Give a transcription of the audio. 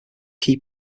key